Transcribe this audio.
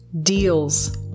deals